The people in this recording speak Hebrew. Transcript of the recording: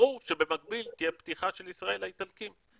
ברור שבמקביל תהיה פתיחה של ישראל לאיטלקים.